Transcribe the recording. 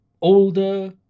older